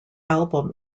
album